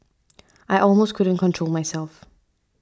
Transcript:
I almost couldn't control myself